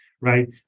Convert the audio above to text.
Right